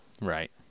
Right